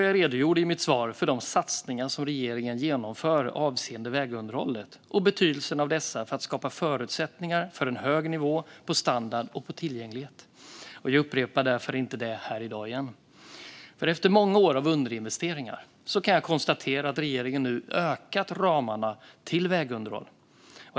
Jag redogjorde i mitt svar för de satsningar som regeringen genomför avseende vägunderhållet och betydelsen av dessa för att skapa förutsättningar för en hög nivå på standard och på tillgänglighet. Jag upprepar därför inte det här i dag igen. Efter många år av underinvesteringar kan jag konstatera att regeringen nu ökat ramarna till vägunderhåll.